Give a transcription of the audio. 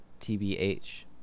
tbh